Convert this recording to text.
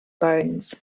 bones